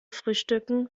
frühstücken